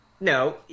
No